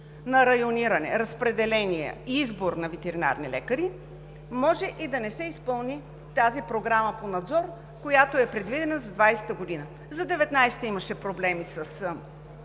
на райониране, разпределение и избор на ветеринарни лекари, може и да не се изпълни тази програма по надзор, която е предвидена за 2020 г. За 2019-а имаше проблеми с